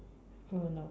uh no